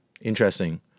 Interesting